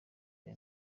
rya